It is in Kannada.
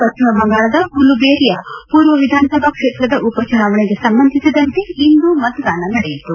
ಪಶ್ಚಿಮ ಬಂಗಾಳದ ಉಲುಬೇರಿಯಾ ಮೂರ್ವ ವಿಧಾನಸಭಾ ಕ್ಷೇತ್ರದ ಉಪಚುನಾವಣೆಗೆ ಸಂಬಂಧಿಸಿದಂತೆ ಇಂದು ಮತದಾನ ನಡೆಯಿತು